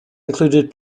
included